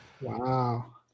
Wow